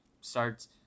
starts